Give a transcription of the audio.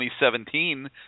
2017